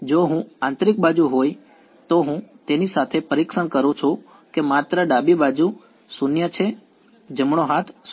જો હું આંતરિક બાજુ હોય તો હું તેની સાથે પરીક્ષણ કરું છું કે માત્ર ડાબી બાજુ 0 છે જમણો હાથ 0 છે